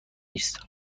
است